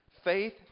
Faith